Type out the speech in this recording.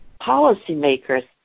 policymakers